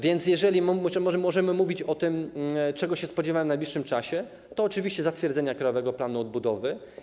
Więc jeżeli możemy mówić o tym, czego się spodziewamy w najbliższym czasie, to oczywiście zatwierdzenia Krajowego Planu Odbudowy.